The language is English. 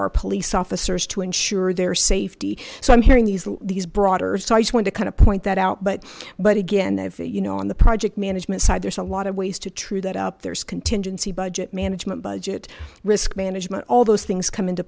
our police officers to ensure their safety so i'm hearing these these broader so i just wanted to kind of point that out but but again if you know on the project management side there's a lot of ways to true that up there's contingency budget management budget risk management all those things come into